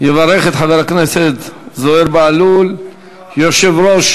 יברך את חבר הכנסת זוהיר בהלול יושב-ראש